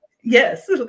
Yes